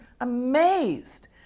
amazed